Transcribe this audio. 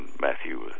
Matthew